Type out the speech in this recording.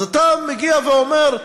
אז אתה מגיע ואומר,